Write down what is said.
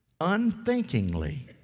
unthinkingly